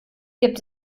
gibt